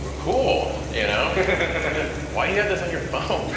ah cool. you know why do you have this on your phone?